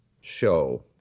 show